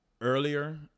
earlier